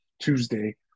Tuesday